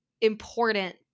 important